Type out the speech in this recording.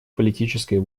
политической